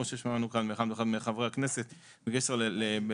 כמו ששמענו כאן מאחד מחברי הכנסת בקשר לבית